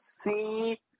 see